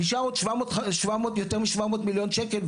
נשאר עוד יותר מ- 700 מיליון שקל,